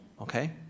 okay